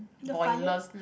the fire